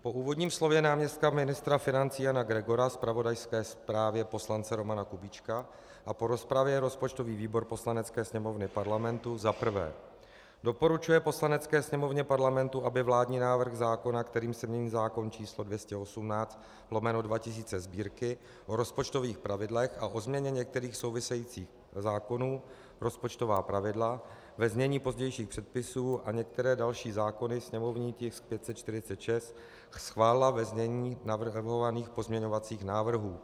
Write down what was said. Po úvodním slově náměstka ministra financí Jana Gregora, zpravodajské zprávě poslance Romana Kubíčka a po rozpravě rozpočtový výbor Poslanecké sněmovny Parlamentu za prvé doporučuje Poslanecké sněmovně Parlamentu, aby vládní návrh zákona, kterým se mění zákon č. 218/2000 Sb., o rozpočtových pravidlech a o změně některých souvisejících zákonů, rozpočtová pravidla, ve znění pozdějších předpisů, a některé další zákony, sněmovní tisk 546, schválila ve znění navrhovaných pozměňovacích návrhů.